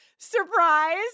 surprise